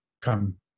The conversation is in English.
come